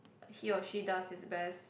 he or she does his best